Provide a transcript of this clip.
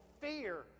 fear